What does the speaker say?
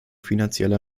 finanzieller